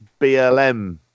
blm